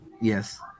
Yes